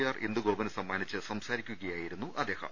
R ഇന്ദുഗോപ്ന് സമ്മാനിച്ച് സംസാരിക്കുകയായിരുന്നു അദ്ദേഹം